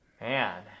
man